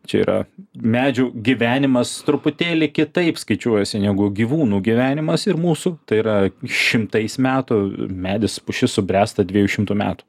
čia yra medžių gyvenimas truputėlį kitaip skaičiuojasi negu gyvūnų gyvenimas ir mūsų tai yra šimtais metų medis pušis subręsta dviejų šimtų metų